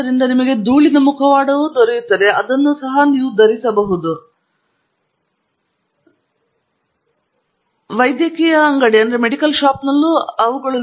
ಆದ್ದರಿಂದ ಇದು ಸರಳವಾದ ಧೂಳಿನ ಮುಖವಾಡವಾಗಿದ್ದು ಇದು ನೀವು ಪಡೆಯುವಂತಹ ಒಂದು ಶಸ್ತ್ರಚಿಕಿತ್ಸಾ ಧೂಳು ಮುಖವಾಡದ ರೀತಿಯದ್ದು ನಾನು ಇಲ್ಲಿ ಗಮನಸೆಳೆದಿದ್ದೇನೆ ಮತ್ತು ಇದು ನಿಮಗೆ ಸುಲಭವಾಗಿ ತಿಳಿದಿದೆ ನಿಮಗೆ ತಿಳಿದಿದೆ ವೈದ್ಯಕೀಯ ಅಂಗಡಿಗಳು ಅಥವಾ ಔಷಧಿ ಅಂಗಡಿಗಳು